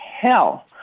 hell